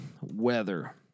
weather